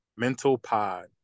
MENTALPOD